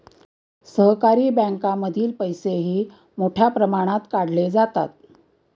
सहकारी बँकांमधील पैसेही मोठ्या प्रमाणात काढले जातात